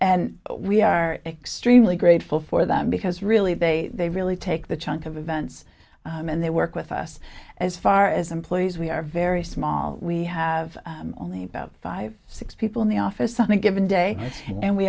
and we are extremely grateful for that because really they really take the chunk of events and they work with us as far as employees we are very small we have only about five six people in the office on a given day and we